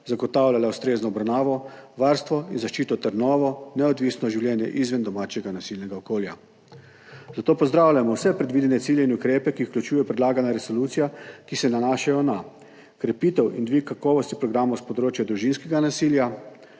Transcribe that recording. zagotavljala ustrezno obravnavo, varstvo in zaščito ter novo, neodvisno življenje izven domačega nasilnega okolja. Zato pozdravljamo vse predvidene cilje in ukrepe, ki jih vključuje predlagana resolucija, ki se nanašajo na krepitev in dvig kakovosti programov s področja družinskega nasilja,